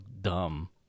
dumb